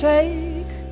Take